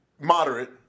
Moderate